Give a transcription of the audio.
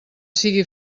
sigui